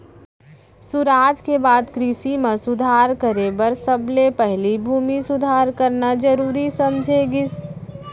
सुराज के बाद कृसि म सुधार करे बर सबले पहिली भूमि सुधार करना जरूरी समझे गिस